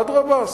אדרבה,